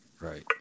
right